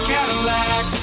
Cadillac